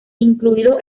incluido